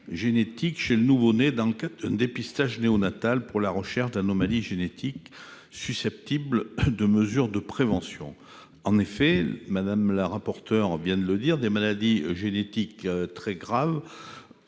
chez le nouveau-né dans le cadre d'un dépistage néonatal pour la recherche d'anomalies génétiques susceptibles de mesures de prévention. Mme la rapporteure vient de le souligner, des maladies génétiques très graves